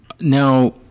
Now